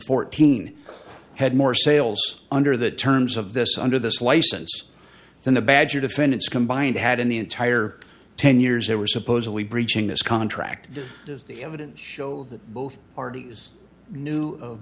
fourteen had more sales under the terms of this under this license than the badger defendants combined had in the entire ten years they were supposedly breaching this contract as the evidence showed that both parties knew